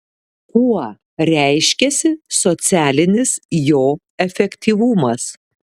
kuo reiškiasi socialinis jo efektyvumas